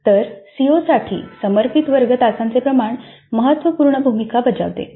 तर सीओसाठी समर्पित वर्ग तासांचे प्रमाण महत्त्वपूर्ण भूमिका बजावते